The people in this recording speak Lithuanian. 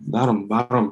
darom varom